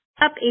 up